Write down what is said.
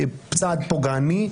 צעד פוגעני,